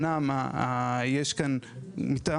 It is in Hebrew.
מטעם